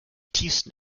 tiefsten